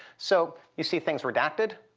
so you see things redacted,